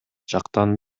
жактан